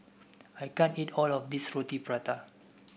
I can't eat all of this Roti Prata